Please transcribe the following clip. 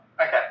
Okay